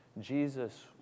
Jesus